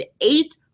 eight